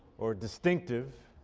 or distinctive,